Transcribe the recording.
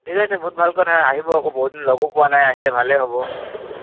ঠিক আছে বহুত ভাল কথা আহিব আকৌ বহুত দিন লগো পোৱা নাই আহিলে ভালেই হ'ব